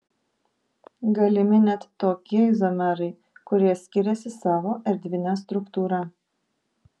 galimi net tokie izomerai kurie skiriasi savo erdvine struktūra